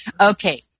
Okay